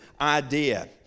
idea